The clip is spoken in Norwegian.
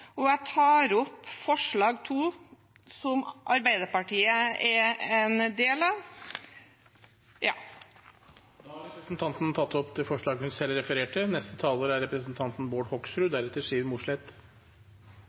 og jeg tar opp forslag nr. 2, som Arbeiderpartiet er en del av. Da har representanten Kirsti Leirtrø tatt opp det forslaget hun refererte til. Fremskrittspartiet mener at både riks- og fylkesveiferjene er